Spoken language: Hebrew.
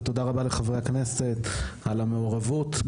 ותודה רבה לחברי הכנסת על המעורבות.